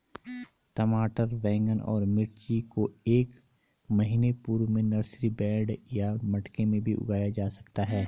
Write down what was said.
टमाटर बैगन और मिर्ची को एक महीना पूर्व में नर्सरी बेड या मटके भी में उगाया जा सकता है